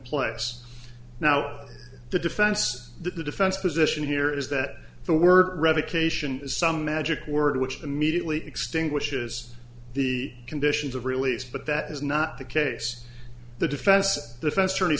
place now the defense the defense position here is that the word revocation some magic word which immediately extinguishes the conditions of release but that is not the case the defense defense attorney